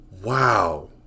Wow